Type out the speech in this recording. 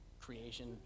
creation